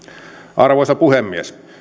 arvoisa puhemies